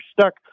stuck